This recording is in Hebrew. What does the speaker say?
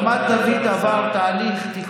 ברמת דוד עברו תהליך תכנוני.